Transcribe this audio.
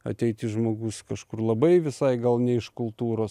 ateiti žmogus kažkur labai visai gal ne iš kultūros